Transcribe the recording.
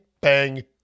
bang